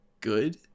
good